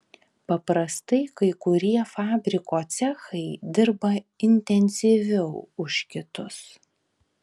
paprastai kai kurie fabriko cechai dirba intensyviau už kitus